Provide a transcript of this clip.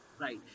right